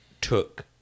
took